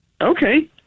Okay